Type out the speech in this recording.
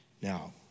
Now